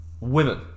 women